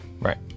Right